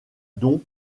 don